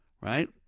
Right